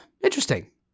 interesting